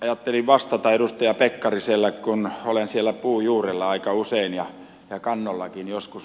ajattelin vastata edustaja pekkariselle kun olen siellä puun juurella aika usein ja kannollakin joskus